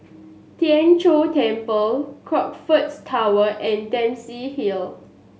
Tien Chor Temple Crockfords Tower and Dempsey Hill